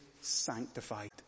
sanctified